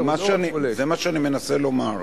זה מה שאני מנסה לומר,